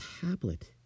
tablet